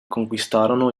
conquistarono